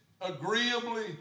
agreeably